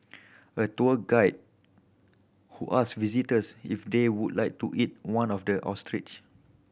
a tour guide who asked visitors if they would like to eat one of the ostrich